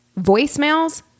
voicemails